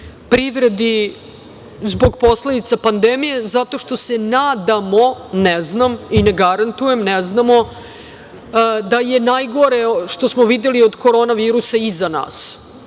privedi zbog posledica pandemije zato što se nadamo, ne znam i ne garantujem, i ne znamo, da je najgore što smo videli od korona virusa iza